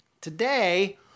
Today